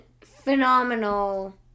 phenomenal